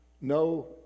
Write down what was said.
No